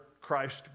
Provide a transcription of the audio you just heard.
Christ